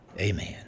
Amen